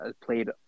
played